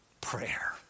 prayer